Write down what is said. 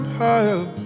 higher